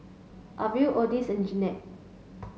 Arvel Odis and Janette